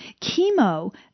chemo